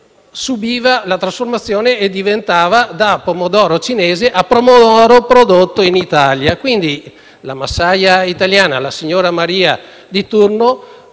in questo Paese, diventasse, da pomodoro cinese, pomodoro prodotto in Italia. Quindi la massaia italiana, la signora Maria di turno,